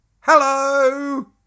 Hello